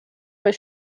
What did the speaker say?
was